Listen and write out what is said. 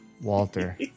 Walter